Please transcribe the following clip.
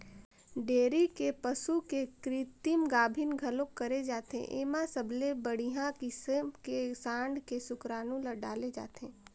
dairy के पसू के कृतिम गाभिन घलोक करे जाथे, एमा सबले बड़िहा किसम के सांड के सुकरानू ल डाले जाथे